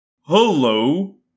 Hello